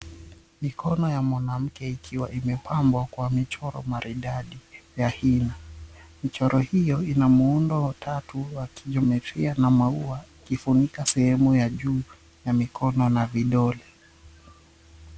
Mikono ya mwanamke ikiwa imepambwa kwa michoro maridadi ya hina. Michoro hiyo ina muundo tatu wa kijometeria na maua ikifunika sehemu ya juu ya mikono na vidole.